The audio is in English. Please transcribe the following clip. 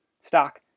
Stock